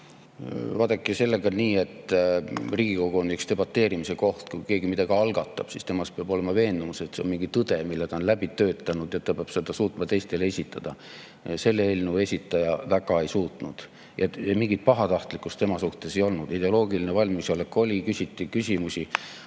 Vaadake, sellega on nii, et Riigikogu on üks debateerimise kohti. Kui keegi midagi algatab, siis peab tal olema veendumus, et see on mingi tõde, mille ta on läbi töötanud, ja ta peab suutma seda teistele esitada. Selle eelnõu esitaja seda väga ei suutnud. Mingit pahatahtlikkust tema suhtes ei olnud, ideoloogiline valmisolek oli olemas,